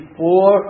four